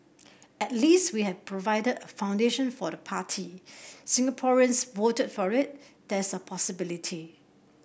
at least we have provided a foundation for the party Singaporeans voted for it there's a possibility